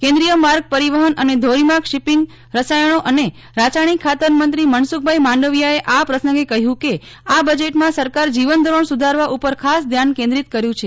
કેન્દ્રિય માર્ગ પરિવહન અને ધોરીમાર્ગ શિપિંગ રસાયણો અને રાસાષ્ટિક ખાતર મંત્રી મનસુખભાઈ માંડવીયાએ આ પ્રસંગે કહ્યું કે આ બજેટમાં સરકાર જીવન ધોરણ સુધારવા ઉપર ખાસ ધ્યાન કેન્દ્રિત કર્યું છે